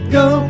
go